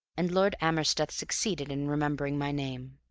and lord amersteth succeeded in remembering my name.